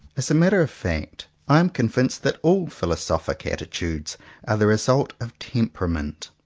as a matter of fact, i am convinced that all philosophical attitudes are the result of temperament.